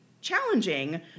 challenging